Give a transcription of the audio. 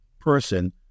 person